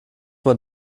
man